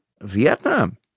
Vietnam